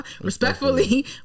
respectfully